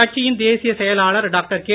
கட்சியின் தேசிய செயலாளர் டாக்டர் கே